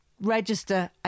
Register